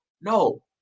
No